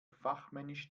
fachmännisch